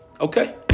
Okay